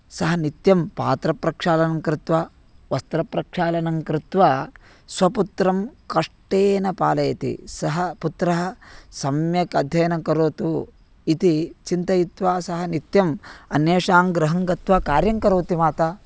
सा नित्यं पात्रप्रक्षालनं कृत्वा वस्त्रप्रक्षालनं कृत्वा स्वपुत्रं कष्टेन पालयति सः पुत्रः सम्यक् अध्ययनं करोतु इति चिन्तयित्वा सः नित्यम् अन्येषां गृहं गत्वा कार्यं करोति माता